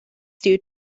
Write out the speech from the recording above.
stew